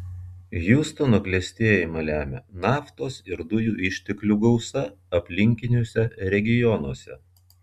hjustono klestėjimą lemia naftos ir dujų išteklių gausa aplinkiniuose regionuose